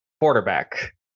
quarterback